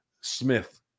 Smith